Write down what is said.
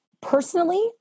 personally